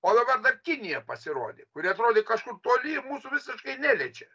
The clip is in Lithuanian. o dabar dar kinija pasirodė kuri atrodė kažkur toli mūsų visiškai neliečia